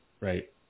Right